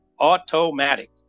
automatic